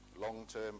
long-term